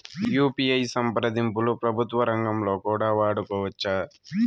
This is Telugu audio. యు.పి.ఐ సంప్రదింపులు ప్రభుత్వ రంగంలో కూడా వాడుకోవచ్చా?